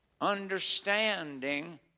Understanding